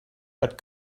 but